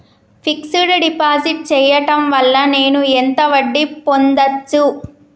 Fix డ్ deposit చేయటం వల్ల నేను ఎంత వడ్డీ పొందచ్చు?